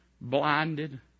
blinded